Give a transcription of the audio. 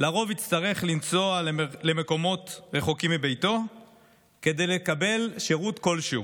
לרוב יצטרך לנסוע למקומות רחוקים מביתו כדי לקבל שירות כלשהו.